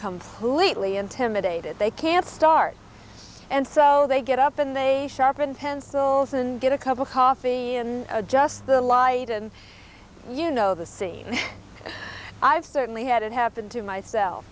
lately intimidated they can't start and so they get up and they sharpen pencils and get a cup of coffee and just the light and you know the see i've certainly had it happen to myself